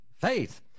faith